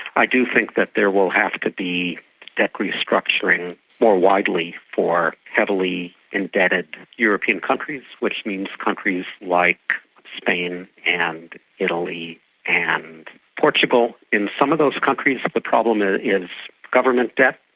i do think that there will have to be debt restructuring more widely for heavily indebted european countries, which means countries like spain and italy and portugal. in some of those countries the but problem is yeah government debt,